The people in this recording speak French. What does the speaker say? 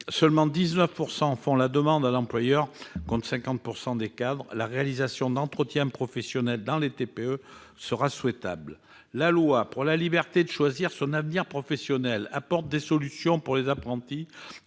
ouvriers en font la demande à l'employeur, contre 50 % des cadres. La réalisation d'entretiens professionnels dans les TPE serait souhaitable. La loi pour la liberté de choisir son avenir professionnel apporte des solutions pour les apprentis,